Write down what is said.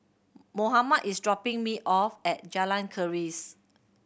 Mohamed is dropping me off at Jalan Keris